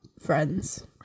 friends